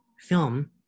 film